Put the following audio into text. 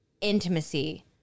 intimacy